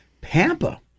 Pampa